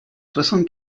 soixante